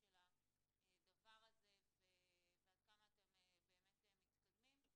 של הדבר הזה ועד כמה אתם באמת מתקדמים,